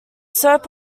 soap